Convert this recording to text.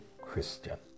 Christian